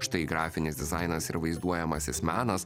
štai grafinis dizainas ir vaizduojamasis menas